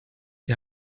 die